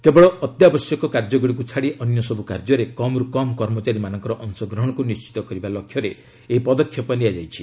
କେବଳ ଅତ୍ୟାବଶ୍ୟକ କାର୍ଯ୍ୟଗୁଡ଼ିକୁ ଛାଡ଼ି ଅନ୍ୟ ସବୁ କାର୍ଯ୍ୟରେ କମ୍ରୁ କମ୍ କର୍ମଚାରୀମାନଙ୍କର ଅଂଶଗ୍ରହଣକୁ ନିର୍ଣ୍ଣିତ କରିବା ଲକ୍ଷ୍ୟରେ ଏହି ପଦକ୍ଷେପ ନିଆଯାଇଛି